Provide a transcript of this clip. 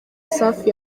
safi